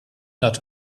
not